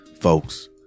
Folks